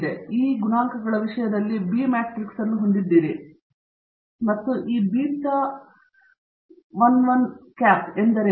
ನಂತರ ನೀವು ಈ ಗುಣಾಂಕಗಳ ವಿಷಯದಲ್ಲಿ ಬಿ ಮ್ಯಾಟ್ರಿಕ್ಸ್ ಅನ್ನು ಹೊಂದಿದ್ದೀರಿ ಮತ್ತು ಈ ಬೀಟಾ ಹ್ಯಾಟ್ 11 ಎಂದರೇನು